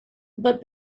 but